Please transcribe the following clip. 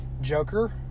Joker